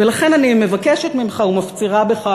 ולכן אני מבקשת ממך ומפצירה בך